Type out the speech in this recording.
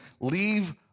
leave